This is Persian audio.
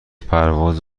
پرواز